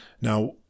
Now